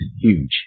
huge